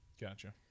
Gotcha